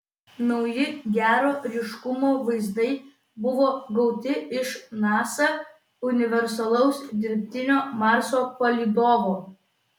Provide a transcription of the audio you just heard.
nauji gero ryškumo vaizdai buvo gauti iš nasa universalaus dirbtinio marso palydovo